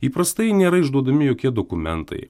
įprastai nėra išduodami jokie dokumentai